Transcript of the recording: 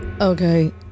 Okay